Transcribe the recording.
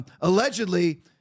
allegedly